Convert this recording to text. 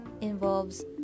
involves